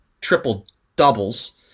triple-doubles